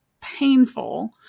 painful